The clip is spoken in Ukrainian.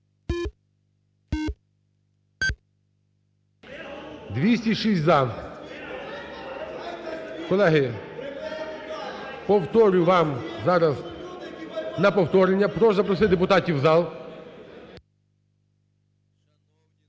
13:09:43 За-206 Колеги, повторюю вам зараз, на повторення. Прошу запросити депутатів в зал.